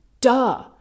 Duh